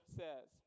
says